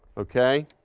okay?